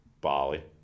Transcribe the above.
Bali